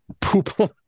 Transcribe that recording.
poop